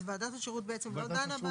אז ועדת השירות לא דנה?